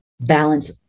balance